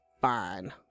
fine